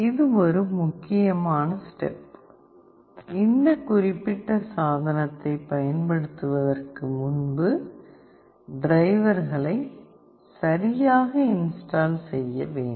இது ஒரு முக்கியமான ஸ்டெப் இந்த குறிப்பிட்ட சாதனத்தைப் பயன்படுத்துவதற்கு முன்பு டிரைவர்களை சரியாக இன்ஸ்டால் செய்ய வேண்டும்